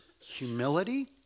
Humility